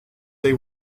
they